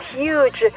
huge